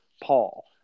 Paul